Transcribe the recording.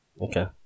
Okay